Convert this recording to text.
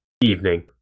evening